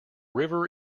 river